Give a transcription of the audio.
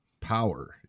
power